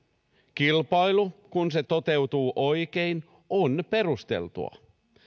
kilpailu kun se toteutuu oikein on perusteltua